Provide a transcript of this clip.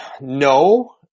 No